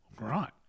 Right